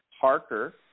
Harker